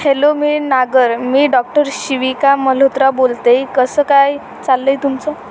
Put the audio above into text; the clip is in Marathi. हॅलो मी नागर मी डॉक्टर शिविका मल्होत्रा बोलते कसं काय चाललं आहे तुमचं